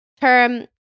term